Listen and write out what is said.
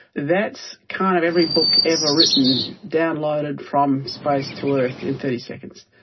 that's kind of every book ever written downloaded from space to earth in thirty seconds.